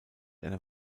einer